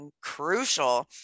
crucial